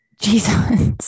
Jesus